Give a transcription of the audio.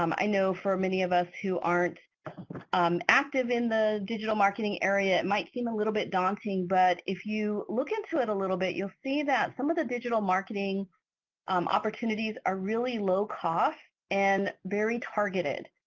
um i know for many of us who aren't um active in the digital marketing area it might seem a little bit daunting but if you look into it a little bit you'll see that some of the digital marketing opportunities are really low cost and very targeted.